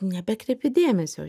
nebekreipi dėmesio